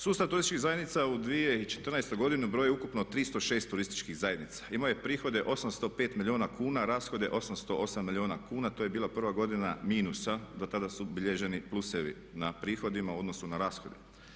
Sustav turističkih zajednica u 2014.godini broji ukupno 306 turističkih zajednica, imaju prihode 805 milijuna kuna, rashode 808 milijuna kuna, to je bila prva godina minusa, do tada su bilježeni plusevi na prihodima u odnosu na rashode.